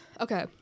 Okay